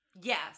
Yes